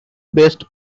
best